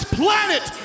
planet